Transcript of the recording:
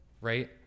right